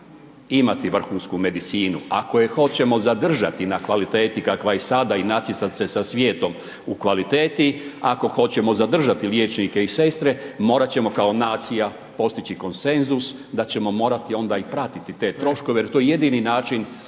imati vrhunsku medicinu, ako je hoćemo zadržati na kvaliteti kakva je sada i natjecati se sa svijetom u kvaliteti, ako hoćemo zadržati liječnike i sestre morati ćemo kao nacija postići konsenzus da ćemo morati onda i pratiti te troškove